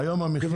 לא, זה לא נכון.